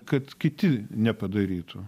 kad kiti nepadarytų